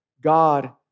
God